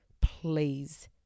please